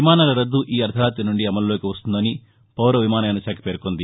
విమానాల రద్దు ఈ అర్దరాతి నుంచి అమల్లోకి వస్తుందని పౌర విమానయాన శాఖ పేర్కొంది